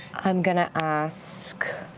i'm going to ask